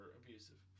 abusive